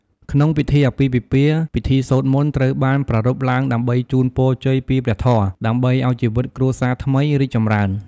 ក្នុងពិធីអាពាហ៍ពិពាហ៍ ពិធីសូត្រមន្តត្រូវបានប្រារព្ធឡើងដើម្បីជូនពរជ័យពីព្រះធម៌ ដើម្បីអោយជីវិតគ្រួសារថ្មីរីកចម្រើន